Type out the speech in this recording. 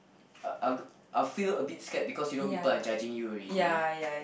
I I I'll feel a bit scared because you know people are judging you already